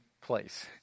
place